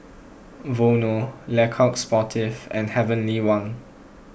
Vono Le Coq Sportif and Heavenly Wang